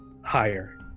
higher